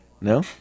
No